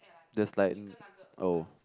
that's like oh